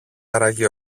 άραγε